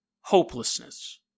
hopelessness